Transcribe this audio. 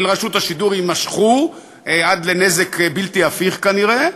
רשות השידור יימשכו עד לנזק בלתי הפיך כנראה,